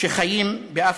שחיים באפריקה".